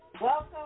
Welcome